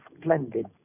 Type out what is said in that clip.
splendid